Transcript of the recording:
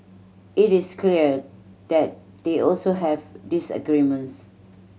it is clear that they also have disagreements